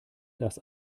das